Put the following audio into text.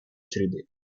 среды